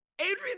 Adrian